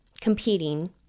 competing